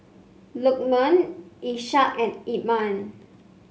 Lukman Ishak and Iman